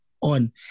on